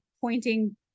pointing